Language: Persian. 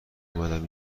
اومدم